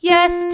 Yes